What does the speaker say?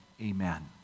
Amen